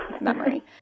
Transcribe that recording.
memory